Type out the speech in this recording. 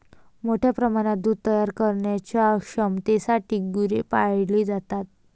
मोठ्या प्रमाणात दूध तयार करण्याच्या क्षमतेसाठी गुरे पाळली जातात